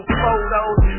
photos